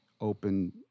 open